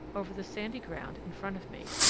over the sandy ground in front of me.